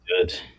good